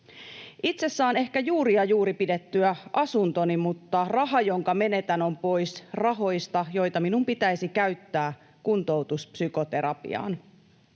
”Itse saan ehkä juuri ja juuri pidettyä asuntoni, mutta raha, jonka menetän, on pois rahoista, joita minun pitäisi käyttää kuntoutuspsykoterapiaan.